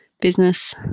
business